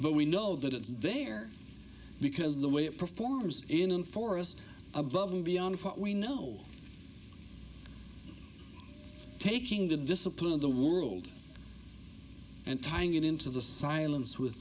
but we know that it's there because of the way it performs in and for us above and beyond what we know taking the discipline of the world and tying it into the silence with